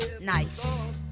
nice